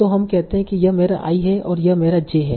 तो हम कहते हैं कि यह मेरा i है और यह मेरा j है